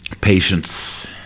patience